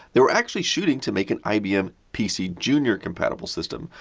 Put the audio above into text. they were actually shooting to make an ibm pcjr you know compatible system.